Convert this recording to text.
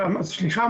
סליחה,